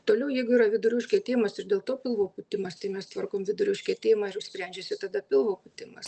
toliau jeigu yra vidurių užkietėjimas ir dėl to pilvo pūtimas tai mes tvarkom vidurių užkietėjimą ir sprendžiasi tada pilvo pūtimas